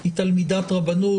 שהיא תלמידת רבנות,